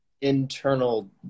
internal